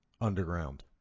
underground